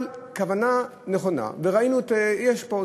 אבל כוונה נכונה יש פה.